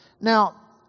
Now